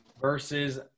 versus